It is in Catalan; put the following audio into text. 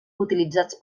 utilitzats